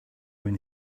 when